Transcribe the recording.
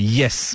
yes